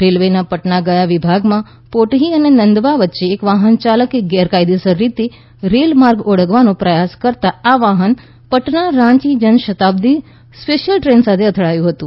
રેલવેના પટના ગયા વિભાગમાં પોટહી અને નંદવા વચ્ચે એક વાહનચાલકે ગેરકાયદેસર રીતે રેલમાર્ગ ઓળંગવાનો પ્રયાસ કરતાં આ વાહન પટના રાંચી જનશતાબ્દી સ્પેશયલ ટ્રેન સાથે અથડાયું હતું